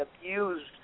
abused